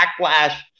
backlash